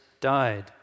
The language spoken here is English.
died